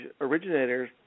originators